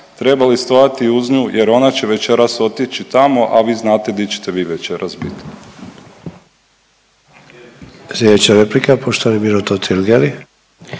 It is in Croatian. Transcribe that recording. trebali stajati uz nju jer ona će večeras otići tamo, a vi znate di ćete vi večeras biti.